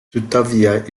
tuttavia